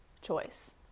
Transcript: choice